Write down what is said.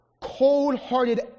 cold-hearted